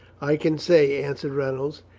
i can't say, answered reynolds.